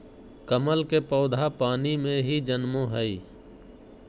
कमल के पौधा पानी में ही जन्मो हइ